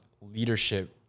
Leadership